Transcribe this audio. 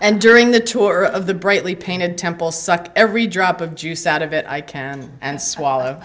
and during the tour of the brightly painted temple sucked every drop of juice out of it i can and swallow